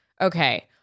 Okay